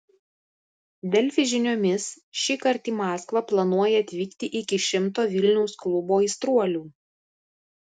delfi žiniomis šįkart į maskvą planuoja atvykti iki šimto vilniaus klubo aistruolių